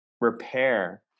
repair